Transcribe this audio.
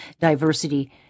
diversity